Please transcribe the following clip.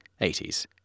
80s